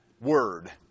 word